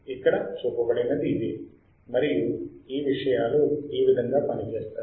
ఇక్కడ చూపబడినది ఇదే మరియు ఈ విషయాలు ఈ విధంగా పనిచేస్తాయి